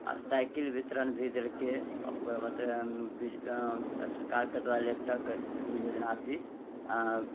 आओर साइकिल वितरण भी देलकै ओकर बाद सरकारके द्वारा लैपटॉपके योजना भी